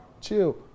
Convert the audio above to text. chill